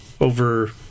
over